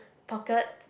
pockey